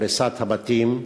הריסת הבתים,